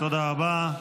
תודה רבה.